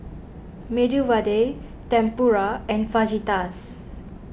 Medu Vada Tempura and Fajitas